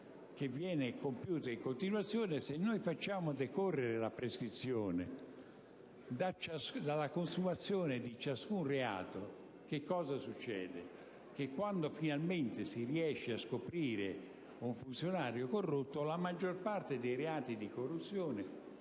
che viene compiuta in continuazione, se facciamo decorrere la prescrizione dalla consumazione di ciascun reato, quando finalmente si riesce a scoprire un funzionario corrotto la maggior parte dei reati di corruzione